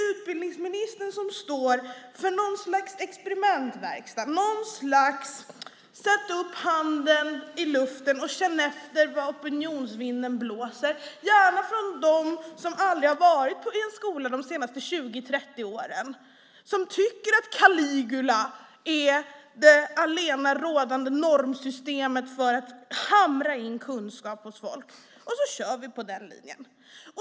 Utbildningsministern står för något slags experimentverkstad. Han sätter upp handen i luften och känner efter hur opinionsvinden blåser - särskilt från dem som inte har varit i skolan de senaste 20-30 åren och som tycker att Caligula är det allenarådande normsystemet för att hamra in kunskap hos folk - och sedan kör han på den linjen.